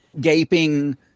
gaping